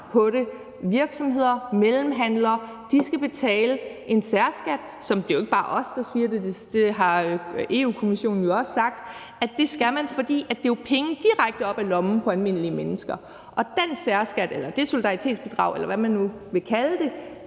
Det er virksomheder og mellemhandlere, og de skal betale en særskat – og det jo ikke bare os, der siger det; det har Europa-Kommissionen også sagt – og det skal de, fordi det jo er penge direkte op af lommen på almindelige mennesker. Den særskat eller det solidaritetsbidrag, eller hvad man nu vil kalde det,